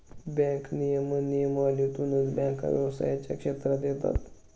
bank नियमन नियमावलीतूनच बँका व्यवसायाच्या क्षेत्रात येतात